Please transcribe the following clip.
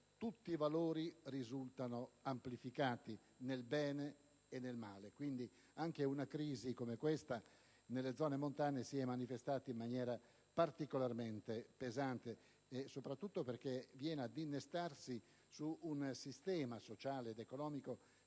tutti i valori risultano amplificati, nel bene e nel male; quindi anche una crisi come l'attuale nelle zone montane si è manifestata in maniera particolarmente pesante, soprattutto perché viene ad innestarsi su un sistema sociale ed economico